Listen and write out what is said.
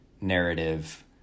narrative